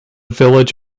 village